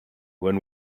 when